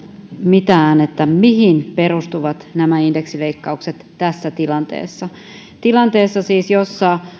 mitään siihen mihin perustuvat nämä indeksileikkaukset tässä tilanteessa siis tilanteessa jossa